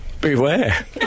Beware